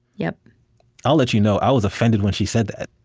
yeah ah let you know, i was offended when she said that.